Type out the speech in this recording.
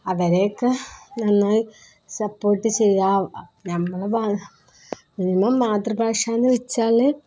അവരെയൊക്കെ നന്നായി സപ്പോർട്ട് ചെയ്യാം നമ്മള് മിനിമം മാതൃഭാഷയെന്ന് വെച്ചാല്